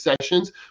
sessions